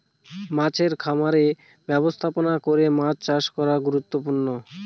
মাছের খামারের ব্যবস্থাপনা করে মাছ চাষ করা গুরুত্বপূর্ণ